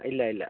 ഇല്ല ഇല്ല